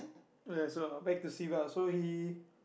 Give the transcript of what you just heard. yes well back to Siva so he